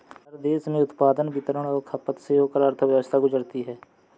हर देश में उत्पादन वितरण और खपत से होकर अर्थव्यवस्था गुजरती है